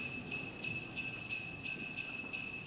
you